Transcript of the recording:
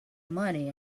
money